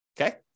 Okay